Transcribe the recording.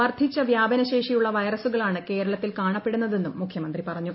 വർദ്ധിച്ച വ്യാപനശേഷി വൈറസുകളാണ് കേരളത്തിൽ കാണപ്പെടുന്നതെന്നും മുഖ്യമന്ത്രി പറഞ്ഞു